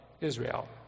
Israel